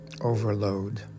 overload